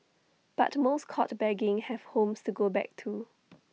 but most caught begging have homes to go back to